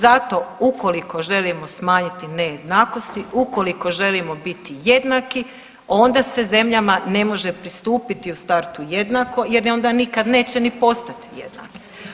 Zato ukoliko želimo smanjiti nejednakosti, ukoliko želimo biti jednaki onda se zemljama ne može pristupiti u startu jednako jer onda nikad neće ni postati jednake.